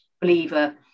believer